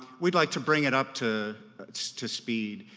we'd like to bring it up to to speed,